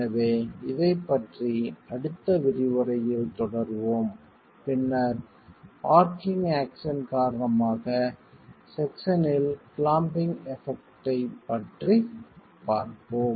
எனவே இதைப் பற்றி அடுத்த விரிவுரையில் தொடர்வோம் பின்னர் ஆர்கிங் ஆக்சன் காரணமாக செக்ஷனில் கிளாம்பிங் எபெக்ட் ஐ பற்றி பார்ப்போம்